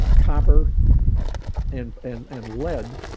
copper and and and lead